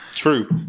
True